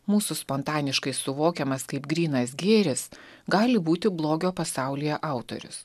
mūsų spontaniškai suvokiamas kaip grynas gėris gali būti blogio pasaulyje autorius